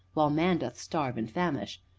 while man doth starve and famish!